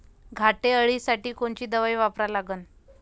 घाटे अळी साठी कोनची दवाई वापरा लागन?